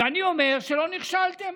ואני אומר שלא נכשלתם.